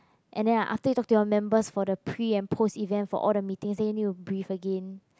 and then I after you talk to your members for the pre and post event for all the meeting then you will brief again